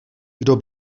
kdo